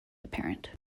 apparent